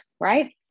right